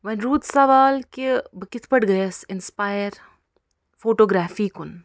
ؤنۍ روٗد سوال کہ بہٕ کِتھ پٲٹھۍ گٔیَس اِنٛسپایر فوٹوٗگرافی کُن